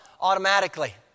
automatically